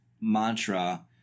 mantra